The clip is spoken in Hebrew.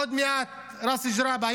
עוד מעט ראס ג'ראבה.